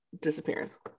disappearance